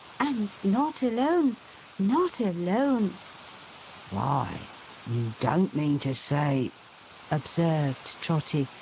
and not alone not alone why you don't mean to say observed trotty,